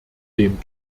dem